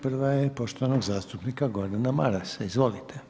Prva je poštovanog zastupnika Gordana Marasa, izvolite.